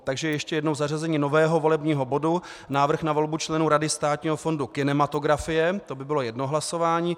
Takže ještě jednou: zařazení nového volebního bodu Návrh na volbu členů Rady Státního fondu kinematografie, to by bylo jedno hlasování.